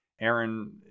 Aaron